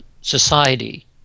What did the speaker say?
society